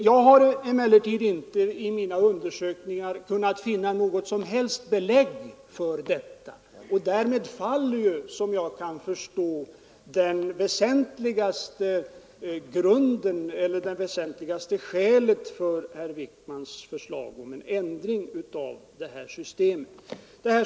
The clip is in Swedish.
Jag har emellertid inte i mina undersökningar kunnat finna något som helst belägg för detta, och därmed faller efter vad jag kan förstå det väsentligaste skälet för herr Wijkmans förslag om en ändring av detta system.